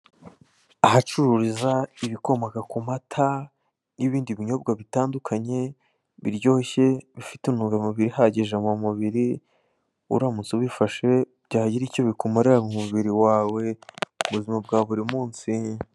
Ahacururiza ibikomoka ku mata, n'ibindi binyobwa bitandukanye, biryoshye, bifite intungamubiri ihagije mu mubiri, uramutse ubifashe byagira icyo bikumarira mu mubiri wawe, mu buzima bwa buri munsi.